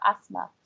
Asthma